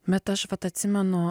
bet aš vat atsimenu